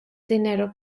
dinero